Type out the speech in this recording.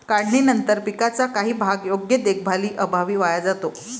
काढणीनंतर पिकाचा काही भाग योग्य देखभालीअभावी वाया जातो